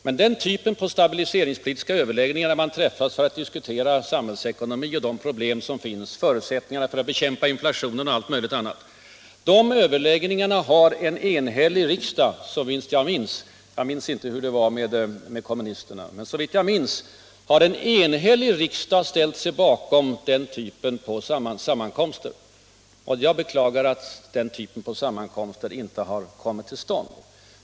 Men den typ av stabiliseringspolitiska överläggningar, där man träffas för att diskutera samhällsekonomi, de problem som finns, förutsättningarna för att bekämpa inflationen och allt möjligt annat, har en enhällig riksdag, såvitt jag kommer ihåg — jag minns inte hur det var med kommunisterna — ställt sig bakom. Och jag beklagar att den typen av sammankomster inte kommit till stånd.